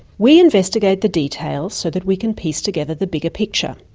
we investigate the details so that we can piece together the bigger picture,